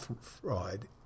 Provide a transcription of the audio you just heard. fraud